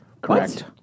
Correct